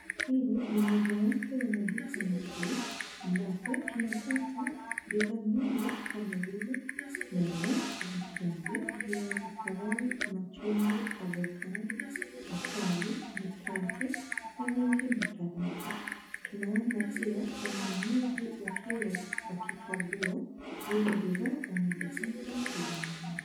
Hili ni mojawapo ya maduka makuu ambapo tunapata bidhaa mingi kama vile nyanya, vitunguu, viazi karai, machungwa, avocado, asali, mikate na vingine kadhalika. Tunaona pia wanunuzi wakiwa wakikagua vile bidhaa wanazotaka kuzinunua.